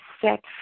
set